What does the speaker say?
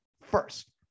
first